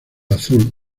azul